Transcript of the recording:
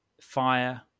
fire